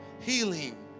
healing